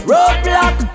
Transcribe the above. Roadblock